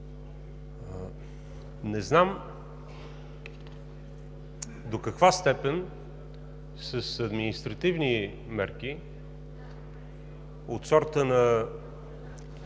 Не знам до каква степен с административни мерки от сорта на